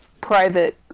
private